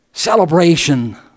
Celebration